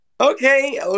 Okay